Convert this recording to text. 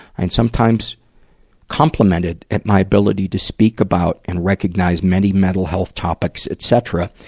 and sometimes complimented at my ability to speak about and recognize many mental health topics, etcetera,